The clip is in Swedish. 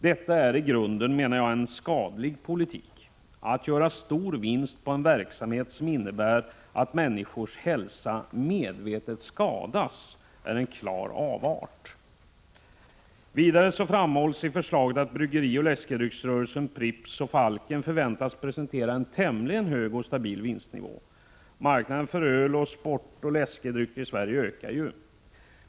Detta är, menar jag, i grunden en skadlig politik. Att göra stora vinster på en verksamhet som innebär att människors hälsa medvetet skadas är en klar avart. Vidare framhålls i förslaget att bryggerioch läskedrycksrörelsen Pripps och Falken förväntas presentera en tämligen hög och stabil vinstnivå. Marknaden för öl samt sportoch läskedrycker i Sverige ökar.